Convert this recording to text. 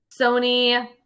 Sony